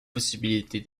possibilités